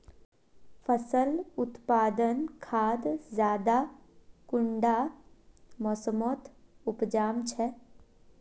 फसल उत्पादन खाद ज्यादा कुंडा मोसमोत उपजाम छै?